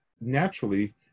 naturally